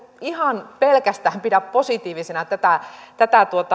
ihan pelkästään pidä positiivisena tätä tätä